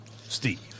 Steve